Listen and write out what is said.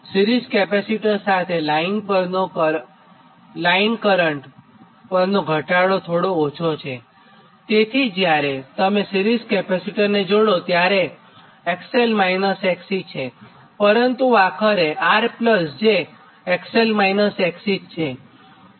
series capacitor સાથે line current પરનો ઘટાડો થોડો ઓછો છે તેથી જ્યારે તમે સિરીઝ કેપેસિટરને જોડોત્યારે XL- XC છે પરંતુ આખરે તે R j XL- XC જ છે